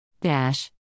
Dash